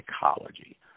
psychology